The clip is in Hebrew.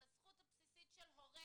על הזכות הבסיסית של הורה